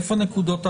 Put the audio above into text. איפה נקודות ההשקה?